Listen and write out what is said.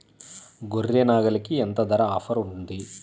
గొర్రె, నాగలికి ఎంత ధర ఆఫర్ ఉంది?